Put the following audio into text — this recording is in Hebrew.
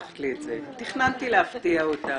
תכננתי להפתיע אותה,